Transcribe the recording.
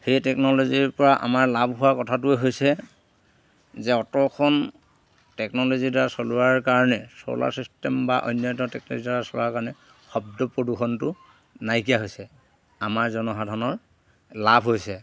সেই টেকন'ল'জিৰ পৰা আমাৰ লাভ হোৱাৰ কথাটোৱে হৈছে যে অট'খন টেকন'লজিৰ দ্বাৰা চলোৱাৰ কাৰণে চ'লাৰ ছিষ্টেম বা অন্যান্য টেকন'লজিৰ দ্বাৰা চলোৱাৰ কাৰণে শব্দ প্ৰদূষণটো নাইকিয়া হৈছে আমাৰ জনসাধাৰণৰ লাভ হৈছে